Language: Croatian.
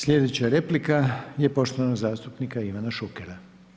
Sljedeća replika je poštovanog zastupnika Ivana Šukera.